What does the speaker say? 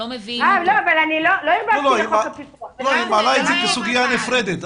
לא, היא מעלה את זה כסוגיה נפרדת.